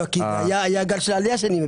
כי היה גל עלייה.